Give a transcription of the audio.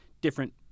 different